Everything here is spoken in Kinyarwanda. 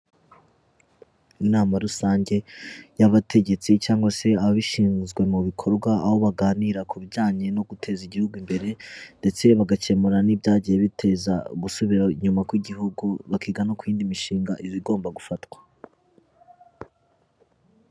Inama rusange y'abategetsi cyangwa se ababishinzwe mu bikorwa, aho baganira ku bijyanye no guteza igihugu imbere ndetse bagakemura n'ibyagiye biteza gusubira inyuma kw'igihugu, bakiga no ku yindi mishinga igomba gufatwa.